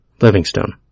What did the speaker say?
Livingstone